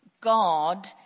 God